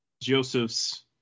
Joseph's